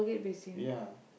ya